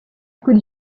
could